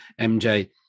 MJ